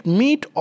meet